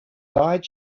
died